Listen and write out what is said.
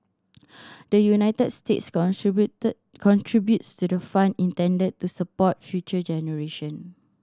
the United States contributed contributes to the fund intended to support future generation